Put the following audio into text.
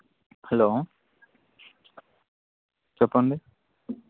hello చెప్పండి